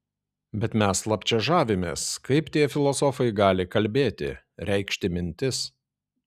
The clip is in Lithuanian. bet mes slapčia žavimės kaip tie filosofai gali kalbėti reikšti mintis